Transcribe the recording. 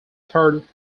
third